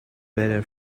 better